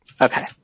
Okay